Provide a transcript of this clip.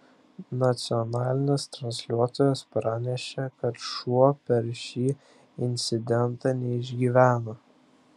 nacionalinis transliuotojas pranešė kad šuo per šį incidentą neišgyveno